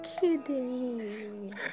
kidding